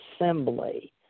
Assembly